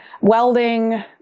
welding